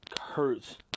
hurts